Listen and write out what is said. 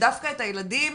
ודווקא עם הילדים